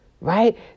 right